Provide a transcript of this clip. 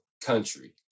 country